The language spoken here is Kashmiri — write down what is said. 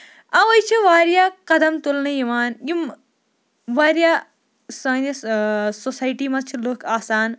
اَوے چھِ واریاہ قدم تُلنہٕ یِوان یِم واریاہ سٲنِس سوسایٹی منٛز چھِ لُکھ آسان